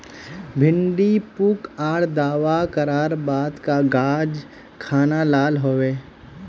भिन्डी पुक आर दावा करार बात गाज खान लाल होए?